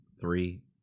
three